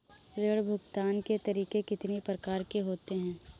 ऋण भुगतान के तरीके कितनी प्रकार के होते हैं?